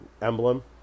emblem